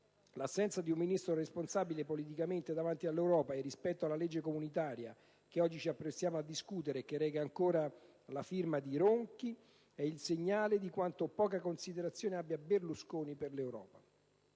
L'assenza di un Ministro responsabile politicamente davanti all'Europa e rispetto alla legge comunitaria, che oggi stiamo discutendo e che reca ancora la firma di Ronchi, è il segnale di quanta poca considerazione abbia Berlusconi per l'Europa.